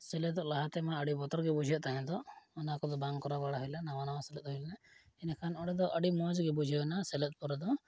ᱥᱮᱞᱮᱫᱚᱜ ᱞᱟᱦᱟᱛᱮᱢᱟ ᱟᱹᱰᱤ ᱵᱚᱛᱚᱨᱜᱮ ᱵᱩᱡᱷᱟᱹᱜ ᱛᱟᱦᱮᱸᱫᱚᱜ ᱚᱱᱟ ᱠᱚᱫᱚ ᱵᱟᱝ ᱠᱚᱨᱟᱣ ᱵᱟᱲᱟ ᱦᱩᱭᱞᱮᱱᱟ ᱱᱟᱣᱟ ᱱᱟᱣᱟ ᱥᱮᱞᱮᱫ ᱦᱩᱭ ᱞᱮᱱᱟ ᱤᱱᱟᱹᱠᱷᱟᱱ ᱚᱸᱰᱮ ᱫᱚ ᱟᱹᱰᱤ ᱢᱚᱡᱽᱜᱮ ᱵᱩᱡᱷᱟᱹᱣᱱᱟ ᱥᱮᱞᱮᱫ ᱯᱚᱨᱮ ᱫᱚ